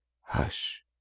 Hush